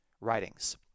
writings